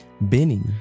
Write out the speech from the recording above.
Benny